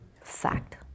Fact